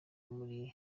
muri